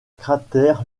cratère